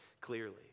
clearly